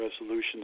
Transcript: resolutions